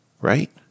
right